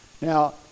Now